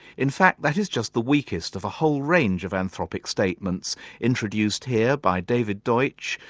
in fact that is just the weakest of a whole range of anthropic statements introduced here by david deutsh,